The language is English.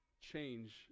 change